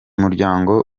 muryango